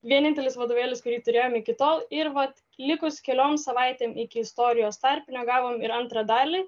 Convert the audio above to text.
vienintelis vadovėlis kurį turėjom iki tol ir vat likus keliom savaitėm iki istorijos tarpinio gavom ir antrą dalį